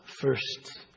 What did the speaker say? first